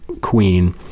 queen